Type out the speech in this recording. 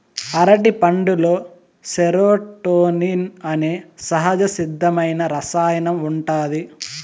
అరటిపండులో సెరోటోనిన్ అనే సహజసిద్ధమైన రసాయనం ఉంటాది